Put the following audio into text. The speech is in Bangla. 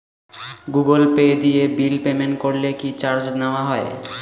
গুগল পে দিয়ে বিল পেমেন্ট করলে কি চার্জ নেওয়া হয়?